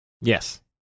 Yes